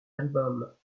albums